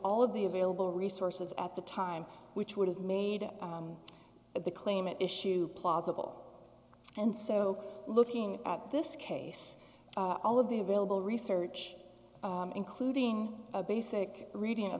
all of the available resources at the time which would have made the claim at issue plausible and so looking at this case all of the available research including a basic reading